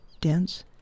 dense